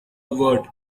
word